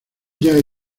jae